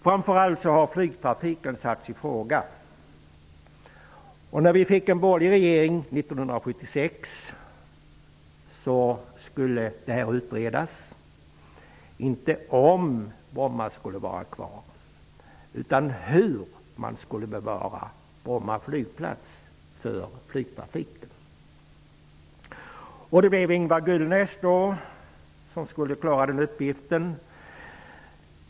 Framför allt har flygtrafiken satts i fråga. När det 1976 blev en borgerlig regering skulle frågan utredas, inte om Bromma skulle vara kvar utan hur man skulle bevara Bromma flygplats för flygtrafiken. Det blev Ingvar Gullnäs som skulle klara den uppgiften.